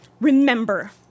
Remember